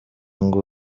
ngo